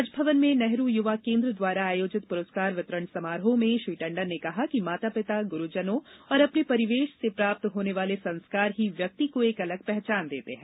राजभवन में नेहरू युवा केन्द्र द्वारा आयोजित पुरस्कार वितरण समारोह में श्री टंडन ने कहा कि माता पिता गुरुजनों और अपने परिवेश से प्राप्त होने वाले संस्कार ही व्यक्ति को एक अलग पहचान देते हैं